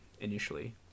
initially